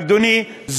אדוני,